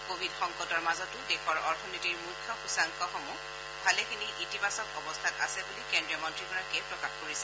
ক ভিড সংকটৰ মাজতো দেশৰ অথনীতিৰ মুখ্য সূচাংকসমূহ ভালেখিনি ইতিবাচক অৱস্থাত আছে বুলি কেস্ৰীয় মন্ত্ৰীগৰাকীয়ে প্ৰকাশ কৰিছে